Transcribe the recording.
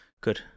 good